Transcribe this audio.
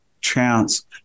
chance